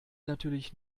natürlich